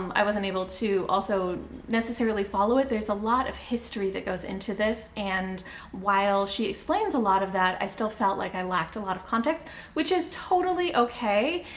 um i wasn't able to also necessarily follow it. there's a lot of history that goes into this, and while she explains a lot of that, i still felt like i lacked a lot of context which is totally okay.